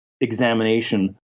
examination